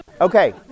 Okay